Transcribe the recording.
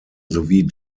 sowie